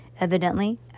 evidently